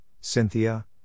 Cynthia